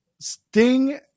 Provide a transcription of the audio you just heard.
Sting